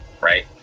right